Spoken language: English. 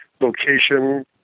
location